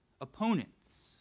opponents